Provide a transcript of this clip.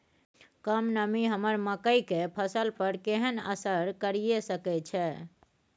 कम नमी हमर मकई के फसल पर केहन असर करिये सकै छै?